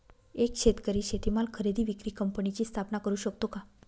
एक शेतकरी शेतीमाल खरेदी विक्री कंपनीची स्थापना करु शकतो का?